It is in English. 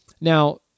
Now